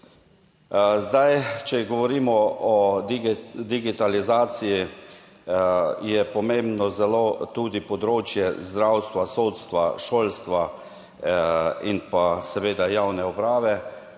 Zdaj če govorimo o digitalizaciji je pomembno zelo tudi področje zdravstva, sodstva, šolstva in pa seveda javne uprave